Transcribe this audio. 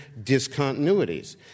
discontinuities